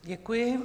Děkuji.